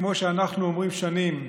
כמו שאנחנו אומרים שנים,